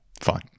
fine